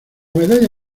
medalla